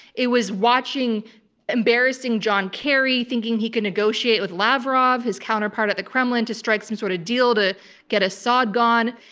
it was watching embarrassing john kerry thinking he could negotiate with lavrov, his counterpart at the kremlin, to strike some sort of deal to get assad gone,